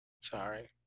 sorry